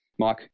Mike